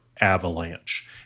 avalanche